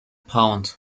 pound